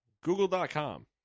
Google.com